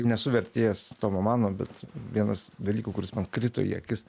nesu vertėjas tomo mano bet vienas dalykų kuris man krito į akis